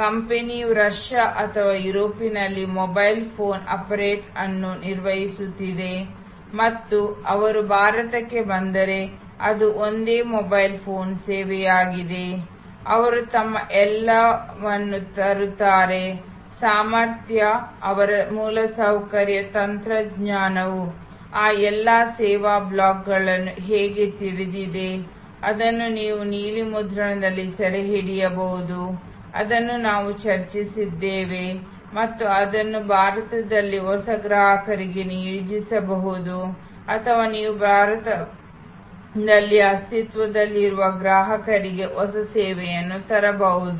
ಕಂಪನಿಯು ರಷ್ಯಾ ಅಥವಾ ಯುರೋಪಿನಲ್ಲಿ ಮೊಬೈಲ್ ಫೋನ್ ಆಪರೇಟರ್ ಅನ್ನು ನಿರ್ವಹಿಸುತ್ತಿದೆ ಮತ್ತು ಅವರು ಭಾರತಕ್ಕೆ ಬಂದರೆ ಅದು ಒಂದೇ ಮೊಬೈಲ್ ಫೋನ್ ಸೇವೆಯಾಗಿದೆ ಅವರು ತಮ್ಮ ಎಲ್ಲವನ್ನು ತರುತ್ತಾರೆ ಸಾಮರ್ಥ್ಯ ಅವರ ಮೂಲಸೌಕರ್ಯ ತಂತ್ರಜ್ಞಾನವು ಆ ಎಲ್ಲಾ ಸೇವಾ ಬ್ಲಾಕ್ಗಳನ್ನು ಹೇಗೆ ತಿಳಿದಿದೆ ಅದನ್ನು ನೀವು ನೀಲಿ ಮುದ್ರಣದಲ್ಲಿ ಸೆರೆಹಿಡಿಯಬಹುದು ಅದನ್ನು ನಾವು ಚರ್ಚಿಸುತ್ತಿದ್ದೇವೆ ಮತ್ತು ಅದನ್ನು ಭಾರತದಲ್ಲಿ ಹೊಸ ಗ್ರಾಹಕರಿಗೆ ನಿಯೋಜಿಸಬಹುದು ಅಥವಾ ನೀವು ಭಾರತದಲ್ಲಿ ಅಸ್ತಿತ್ವದಲ್ಲಿರುವ ಗ್ರಾಹಕರಿಗೆ ಹೊಸ ಸೇವೆಯನ್ನು ತರಬಹುದು